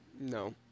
No